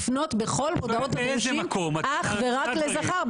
לפנות בכל מודעות הדרושים אך ורק לזכר.